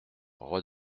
roi